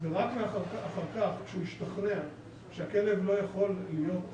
ורק אחר כך כשהוא השתכנע שהכלב לא יכול להיות